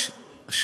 זה בהחלט הזוי.